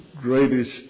greatest